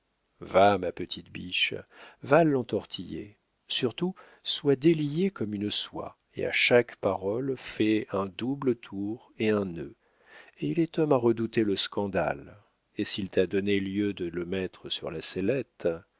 va ma petite biche va l'entortiller surtout sois déliée comme une soie et à chaque parole fais un double tour et un nœud il est homme à redouter le scandale et s'il t'a donné lieu de le mettre sur la sellette